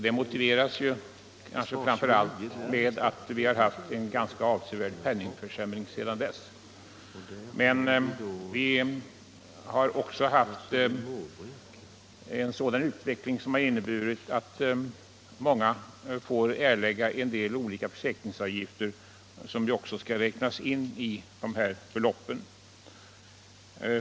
Det motiveras kanske framför allt av att vi haft en ganska avsevärd penningvärdeförsämring sedan dess. Vi har också haft en utveckling som inneburit att många får erlägga olika försäkringsavgifter som också skall räknas in i dessa belopp.